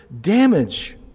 damage